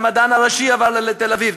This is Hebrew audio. המדען הראשי עבר לתל-אביב,